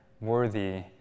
worthy